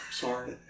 Sorry